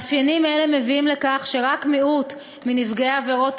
מאפיינים אלה מביאים לכך שרק מיעוט מנפגעי עבירות